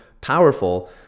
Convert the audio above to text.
powerful